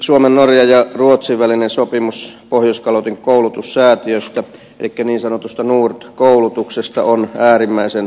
suomen norjan ja ruotsin välinen sopimus pohjoiskalotin koulutussäätiöstä elikkä niin sanotusta nord koulutuksesta on äärimmäisen tärkeä